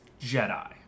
Jedi